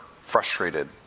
frustrated